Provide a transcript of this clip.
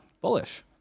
bullish